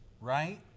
right